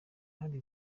hari